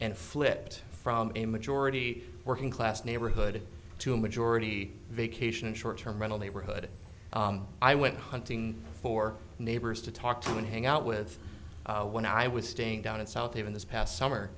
and flipped from a majority working class neighborhood to majority vacation short term rental neighborhood i went hunting for neighbors to talk to and hang out with when i was staying down in south haven this past summer